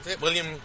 William